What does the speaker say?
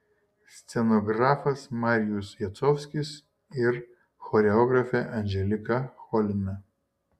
scenografas marijus jacovskis ir choreografė anželika cholina